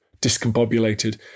discombobulated